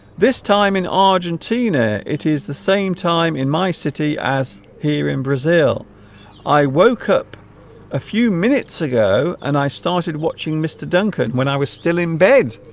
this time in argentina it is the same time in my city as here in brazil i woke up a few minutes ago and i started watching mr. mr. duncan when i was still in bed